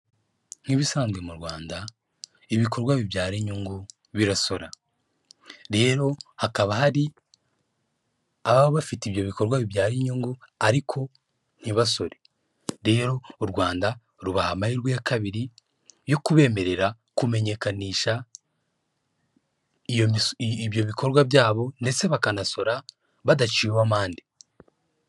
Nk'ibisanzwe mu Rwanda ibikorwa bibyara inyungu birasora. Rero hakaba hari ababa bafite ibyo bikorwa bibyara inyungu, ariko ntibasore. Rero u Rwanda rubaha amahirwe ya kabiri, yo kubemerera kumenyekanisha ibyo bikorwa byabo, ndetse bakanasora badaciwe amande.